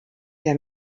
der